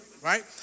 right